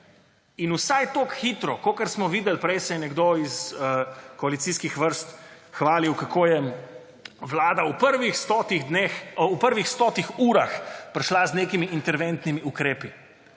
In vsaj tako hitro, kot smo videli – prej se je nekdo iz koalicijskih vrst hvalil, kako je Vlada v prvih stotih urah prišla z nekimi interventnimi ukrepi.